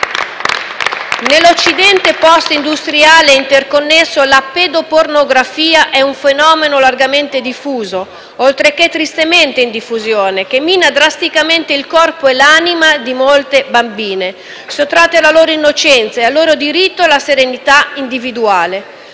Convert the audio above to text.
Nell'Occidente postindustriale e interconnesso la pedopornografia è un fenomeno largamente diffuso, oltre che tristemente in diffusione, che mina drasticamente il corpo e l'anima di molte bambine sottratte alla loro innocenza e al loro diritto alla serenità individuale.